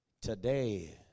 Today